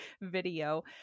video